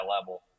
level